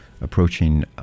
approaching